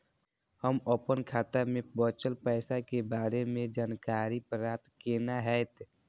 हम अपन खाता में बचल पैसा के बारे में जानकारी प्राप्त केना हैत?